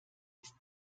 ist